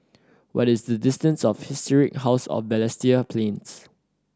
what is the distance of Historic House of Balestier Plains